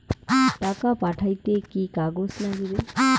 টাকা পাঠাইতে কি কাগজ নাগীবে?